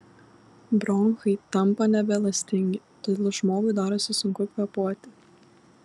bronchai tampa nebeelastingi todėl žmogui darosi sunku kvėpuoti